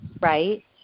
right